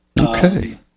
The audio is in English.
Okay